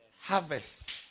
Harvest